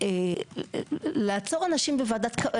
לעצור אנשים בוועדה,